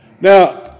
Now